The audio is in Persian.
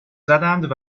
زدند